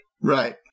Right